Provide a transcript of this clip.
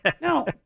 no